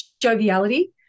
joviality